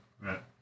Right